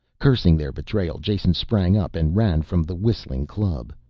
cursing their betrayal jason sprang up and ran from the whistling club.